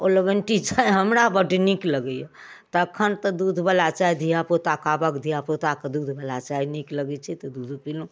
ओ lemon tea चाय हमरा बड नीक लगैया तखन तऽ दूध बला चाय धिया पूताके आबके धिया पूताके दूध बला चाय नीक लगै छै तऽ दूधो पीलहुॅं